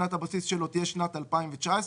שנת הבסיס שלו היא שנת 2019,